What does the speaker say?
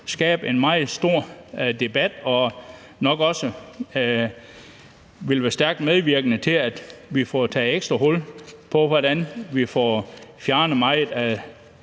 skabe en meget stor debat, og det vil nok også være stærkt medvirkende til, at vi får taget ekstra hul på, hvordan vi får fjernet mange af